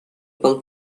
pel